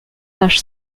page